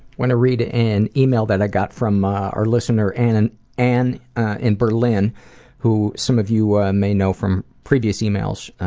want to read an email that i got from our listener and and ann in berlin who some of you ah may know from previous emails.